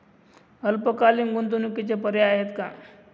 अल्पकालीन गुंतवणूकीचे पर्याय आहेत का?